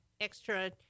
extra